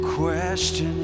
question